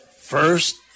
First